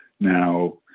Now